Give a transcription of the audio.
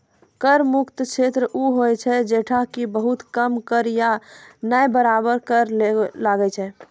कर मुक्त क्षेत्र उ होय छै जैठां कि बहुत कम कर या नै बराबर कर लागै छै